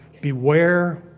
beware